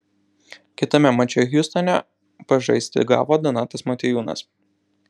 kitame mače hjustone pažaisti gavo donatas motiejūnas